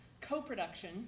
co-production